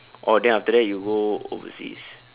oh then after that you go overseas